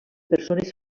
persones